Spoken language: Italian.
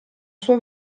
sua